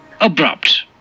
Abrupt